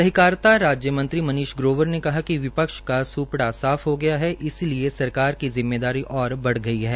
सहकारिता राज्य मंत्री मनीष ग्रोवर ने कहा कि विपक्ष का सुपड़ा साफ हो गया है इसलिए सरकार की जिम्मेदारी और बढ़ गई है